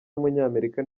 w’umunyamerika